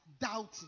doubting